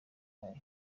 yayo